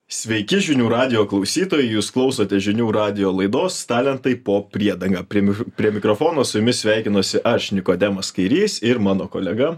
sveiki žinių radijo klausytojai jūs klausote žinių radijo laidos talentai po priedanga prie mif mikrofono su jumis sveikinuosi aš nikodemas kairys ir mano kolega